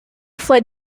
fled